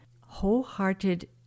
wholehearted